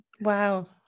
Wow